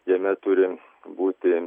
jame turi būti